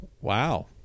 wow